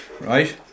right